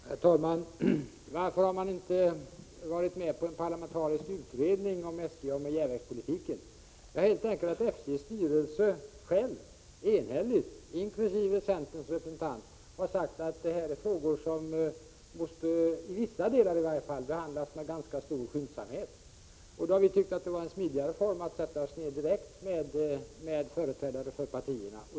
Herr talman! Varför har regeringen inte föreslagit en parlamentarisk utredning om SJ och järnvägspolitiken? Det beror helt enkelt på att SJ:s styrelse, inkl. centerns representant, enhälligt har sagt att dessa frågor i vissa delar måste behandlas med ganska stor skyndsamhet. Därför tyckte vi att det var smidigare att diskutera frågorna direkt med företrädare för partierna.